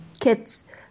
kids